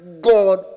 God